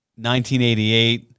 1988